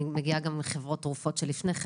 ואני מגיעה מחברות תרופות לפני כן,